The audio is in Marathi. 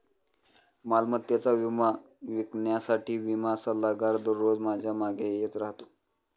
मालमत्तेचा विमा विकण्यासाठी विमा सल्लागार दररोज माझ्या मागे येत राहतो